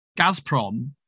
Gazprom